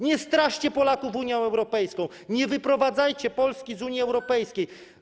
Nie straszcie Polaków Unią Europejską, nie wyprowadzajcie Polski z Unii Europejskiej.